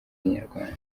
z’abanyarwanda